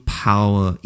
power